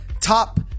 top